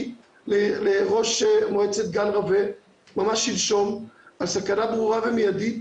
לראש מועצת גן רווה ממש שלשום על סכנה ברורה ומיידית,